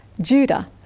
Judah